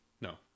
No